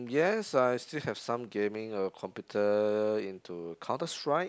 yes I still have some gaming computer into Counterstrike